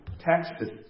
Taxes